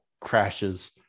crashes